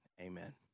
amen